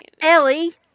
Ellie